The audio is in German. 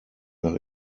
nach